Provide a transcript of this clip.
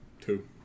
two